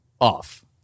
off